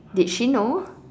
did she know